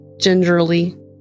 gingerly